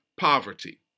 poverty